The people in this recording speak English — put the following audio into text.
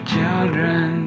children